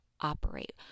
operate